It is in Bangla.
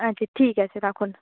আচ্ছা ঠিক আছে রাখুন